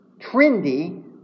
trendy